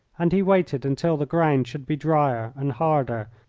and he waited until the ground should be drier and harder,